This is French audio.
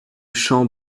champ